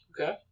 Okay